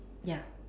ya